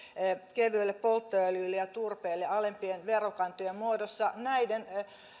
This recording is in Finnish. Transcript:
kevyelle polttoöljylle ja turpeelle alempien verokantojen muodossa näiden